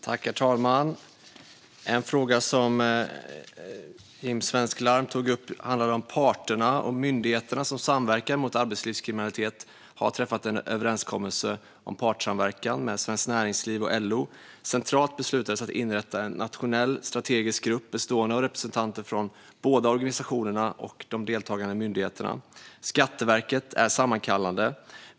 Herr talman! En fråga som Jim Svensk Larm tog upp handlade om parterna. Myndigheterna som samverkar mot arbetslivskriminalitet har träffat en överenskommelse om partssamverkan med Svenskt Näringsliv och LO. Centralt beslutades att inrätta en nationell strategisk grupp bestående av representanter från båda organisationerna och de deltagande myndigheterna. Skatteverket är sammankallande.